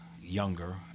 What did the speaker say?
younger